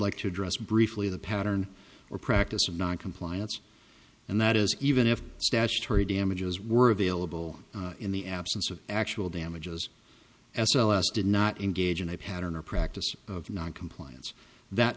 like to address briefly the pattern or practice of noncompliance and that is even if statutory damages were available in the absence of actual damages s l s did not engage in a pattern or practice of noncompliance that